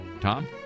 Tom